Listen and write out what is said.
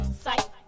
sight